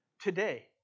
Today